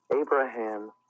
Abraham